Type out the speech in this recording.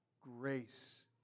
grace